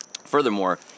Furthermore